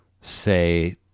say